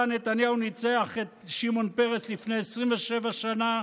נתניהו ניצח את שמעון פרס לפני 27 שנה,